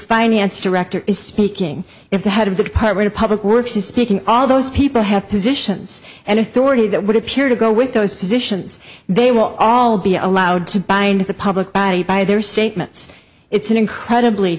finance director is speaking if the head of the department of public works is speaking all those people have positions and authority that would appear to go with those positions they will all be allowed to buy into the public body by their statements it's an incredibly